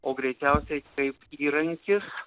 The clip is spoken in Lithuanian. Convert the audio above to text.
o greičiausiai kaip įrankis